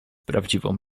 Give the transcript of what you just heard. prawdziwą